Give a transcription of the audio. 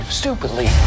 stupidly